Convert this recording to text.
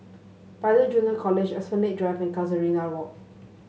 Pioneer Junior College Esplanade Drive and Casuarina Walk